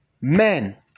men